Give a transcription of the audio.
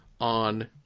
on